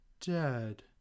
dead